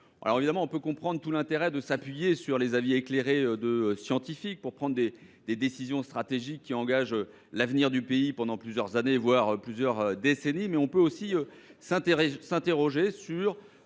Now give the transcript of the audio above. de référence. On peut comprendre l’intérêt de s’appuyer sur les avis éclairés de scientifiques pour prendre des décisions stratégiques qui engagent l’avenir du pays pendant plusieurs années, voire plusieurs décennies, mais on peut aussi s’interroger sur